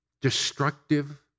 destructive